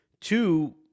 two